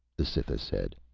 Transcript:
the cytha said.